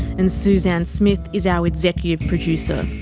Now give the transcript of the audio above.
and suzanne smith is our executive producer.